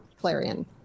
Clarion